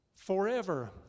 Forever